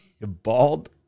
Bald